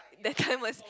that time was